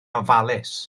ofalus